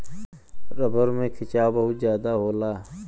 rubber में खिंचाव बहुत जादा होला